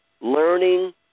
learning